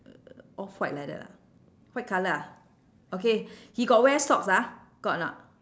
off white like that ah white colour ah okay he got wear socks ah got or not